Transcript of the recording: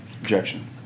objection